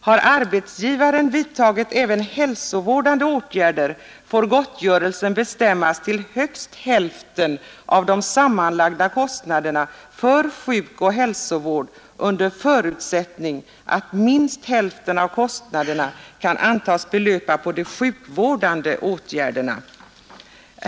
Har arbetsgivaren vidtagit även hälsovårdande åtgärder får gottgörelsen bestämmas till högst hälften av de sammanlagda kostnaderna för sjukoch hälsovården under förutsättning att minst hälften av kostnaderna kan antas belöpa på de sjukvårdande åtgärderna.